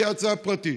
תהיה הצעה פרטית.